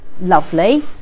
lovely